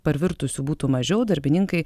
parvirtusių būtų mažiau darbininkai